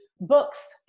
books